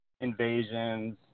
invasions